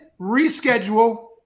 reschedule